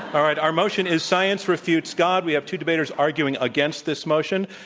all right. our motion is science refutes god. we have two debaters arguing against this motion.